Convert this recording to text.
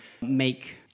make